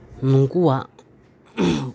ᱱᱩᱠᱩᱣᱟᱜ